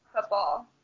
football